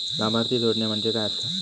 लाभार्थी जोडणे म्हणजे काय आसा?